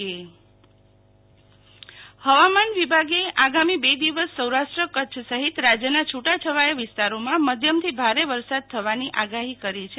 શીતલ વૈશ્નવ હવામાન હવામાન વિભાગે આગામી બે દિવસ સૌરાષ્ટ્ર કચ્છ સહિત રાજ્યના છૂટા છવાયા વિસ્તાોરમાં મધ્યમથી ભારે વરસાદ થવાની આગાહી કરી છે